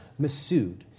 Masood